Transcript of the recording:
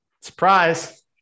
Surprise